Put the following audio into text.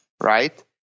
right